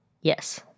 Yes